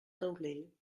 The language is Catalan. taulell